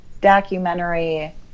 documentary